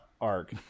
arc